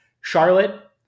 Charlotte